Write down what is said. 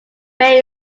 bay